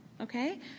Okay